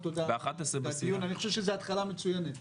אני חושב שזו התחלה מצוינת.